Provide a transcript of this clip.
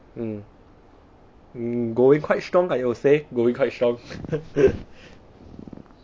mm mm going quite strong like I would say going quite strong